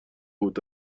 بود